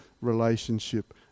relationship